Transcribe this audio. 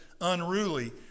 unruly